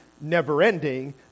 never-ending